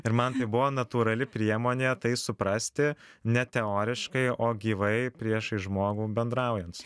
ir man tai buvo natūrali priemonė tai suprasti ne teoriškai o gyvai priešais žmogų bendraujant